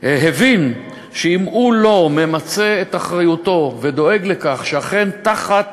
הבין שאם הוא לא ממצה את אחריותו ודואג לכך שאכן תחת